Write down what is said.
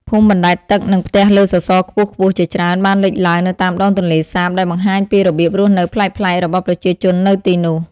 ភូមិបណ្តែតទឹក និងផ្ទះលើសសរខ្ពស់ៗជាច្រើនបានលេចឡើងនៅតាមដងទន្លេសាប ដែលបង្ហាញពីរបៀបរស់នៅប្លែកៗរបស់ប្រជាជននៅទីនោះ។